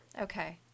Okay